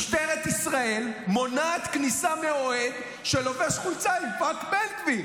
משטרת ישראל מונעת כניסה מאוהד שלובש חולצה עם "פאק בן גביר".